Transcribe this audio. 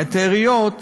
את העיריות